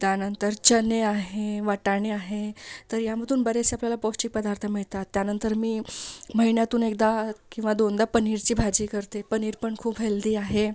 त्यानंतर चने आहे वाटाणे आहे तर यामधून बरेचसे आपल्याला पौष्टिक पदार्थ मिळतात त्यानंतर मी महिन्यातून एकदा किंवा दोनदा पनीरची भाजी करते पनीर पण खूप हेल्दी आहे